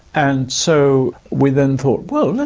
and so we then thought, well,